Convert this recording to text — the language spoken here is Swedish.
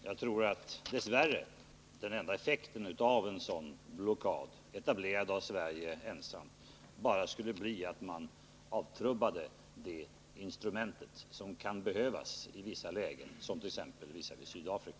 Jag tror att — dess värre — den enda effekten av en blockad, etablerad av Sverige ensamt, skulle bli att man avtrubbade ett instrument som kan behövas i vissa lägen, t.ex. visavi Sydafrika.